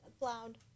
loud